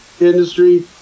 industry